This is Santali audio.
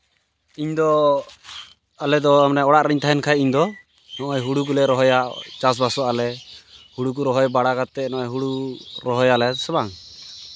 ᱤᱧᱫᱚ ᱟᱞᱮᱫᱚ ᱚᱲᱟᱜ ᱨᱤᱧ ᱛᱟᱦᱮᱱ ᱠᱷᱟᱡ ᱤᱧᱫᱚ ᱱᱚᱜᱼᱚᱭ ᱦᱩᱲᱩ ᱠᱚᱞᱮ ᱨᱚᱦᱚᱭᱟ ᱪᱟᱥᱼᱵᱟᱥᱚᱜ ᱟᱞᱮ ᱦᱩᱲᱩ ᱠᱚ ᱨᱚᱦᱚᱭ ᱵᱟᱲᱟ ᱠᱟᱛᱮᱫ ᱱᱚᱜᱼᱚᱭ ᱦᱩᱲᱩ ᱨᱚᱦᱚᱭ ᱟᱞᱮ ᱥᱮ ᱵᱟᱝ